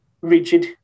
rigid